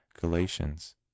Galatians